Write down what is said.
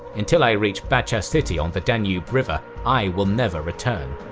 until i reach bacha city on the danube river, i will never return.